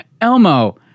Elmo